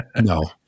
No